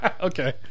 Okay